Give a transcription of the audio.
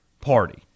party